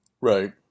right